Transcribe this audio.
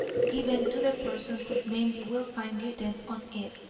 given to the person whose name you will find written on it,